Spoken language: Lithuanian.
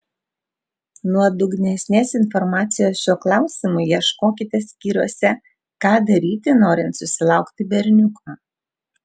nuodugnesnės informacijos šiuo klausimu ieškokite skyriuose ką daryti norint susilaukti berniuko